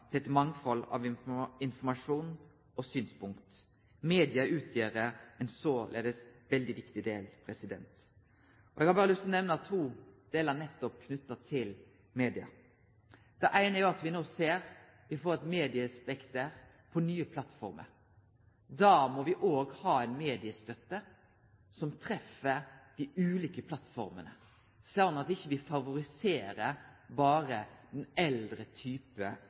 til eit mangfald av informasjon og synspunkt. Media utgjer såleis ein veldig viktig del. Eg har berre lyst til å nemne to delar nettopp knytte til media. Det eine er at me no ser at me får eit mediespekter på nye plattformer. Då må me òg ha ei mediestøtte som treffer dei ulike plattformene, slik at me ikkje favoriserer berre den eldre